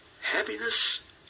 Happiness